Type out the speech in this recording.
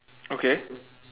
okay